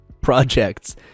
projects